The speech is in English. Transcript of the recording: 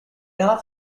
half